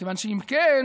מכיוון ש"אם כן,